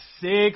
six